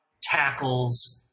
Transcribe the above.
tackles